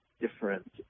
different